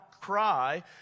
cry